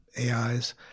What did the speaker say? AIs